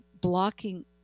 Blocking